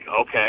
okay